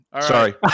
Sorry